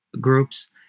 groups